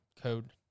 code